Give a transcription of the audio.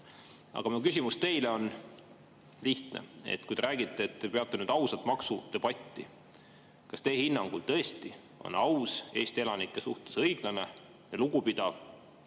Aga minu küsimus teile on lihtne. Kui te räägite, et te peate ausat maksudebatti, siis kas teie hinnangul on see tõesti aus, Eesti elanike suhtes õiglane ja lugupidav,